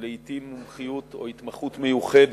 ולעתים מומחיות או התמחות מיוחדת.